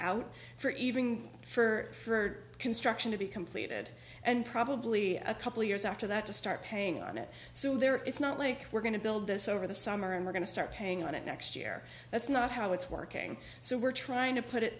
out for even for construction to be completed and probably a couple years after that to start paying on it there it's not like we're going to build this over the summer and we're going to start paying on it next year that's not how it's working so we're trying to put